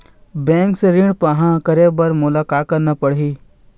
Bank से ऋण पाहां करे बर मोला का करना पड़ही?